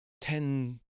Ten